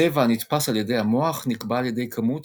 הצבע הנתפס על ידי המוח נקבע על ידי כמות